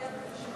התחייבתם לשימוע.